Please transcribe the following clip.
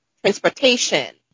transportation